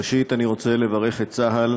ראשית, אני רוצה לברך את צה"ל